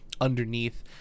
underneath